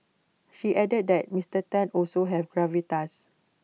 she added that Mister Tan also has gravitas